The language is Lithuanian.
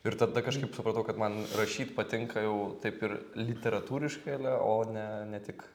ir tada kažkaip supratau kad man rašyt patinka jau taip ir literatūriškai a le o ne ne tik